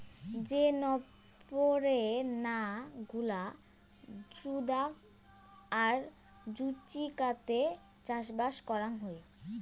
যে নপরে না গুলা জুদাগ আর জুচিকাতে চাষবাস করাং হই